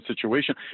situation